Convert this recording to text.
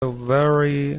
very